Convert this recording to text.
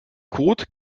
code